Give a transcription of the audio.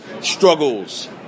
struggles